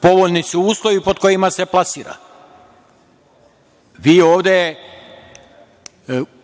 Povoljni su uslovi pod kojima se plasira.